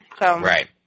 Right